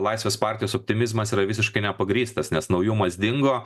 laisvės partijos optimizmas yra visiškai nepagrįstas nes naujumas dingo